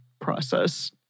process